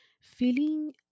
feeling